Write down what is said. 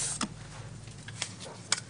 כן.